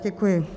Děkuji.